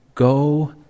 Go